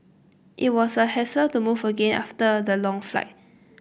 it was a hassle to move again after the long flight